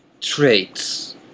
traits